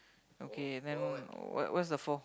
okay then what what's the fourth